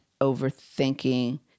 overthinking